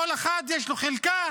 לכל אחד יש חלקה,